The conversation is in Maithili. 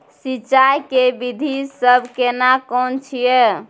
सिंचाई के विधी सब केना कोन छिये?